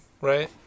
right